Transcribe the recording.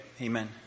Amen